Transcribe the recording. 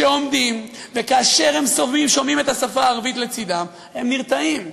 שעומדים וכאשר הם שומעים את השפה הערבית לצדם הם נרתעים.